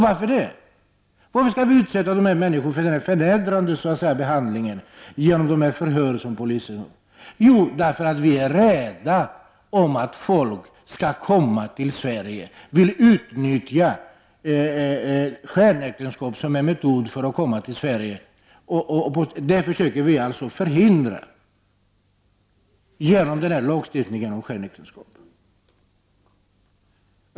Varför skall vi utsätta dessa människor för denna förnedrande behandling genom dessa förhör som polisen genomför? Jo, för att vi är rädda för att folk skall utnyttja skenäktenskapet som en metod för att komma till Sverige. Det försöker man alltså att förhindra med hjälp av denna lagstiftning om skenäktenskap.